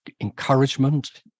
encouragement